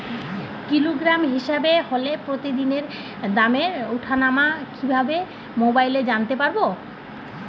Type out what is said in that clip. Kilogram হিসাবে হলে প্রতিদিনের দামের ওঠানামা কিভাবে মোবাইলে জানতে পারবো?